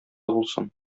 булсын